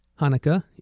Hanukkah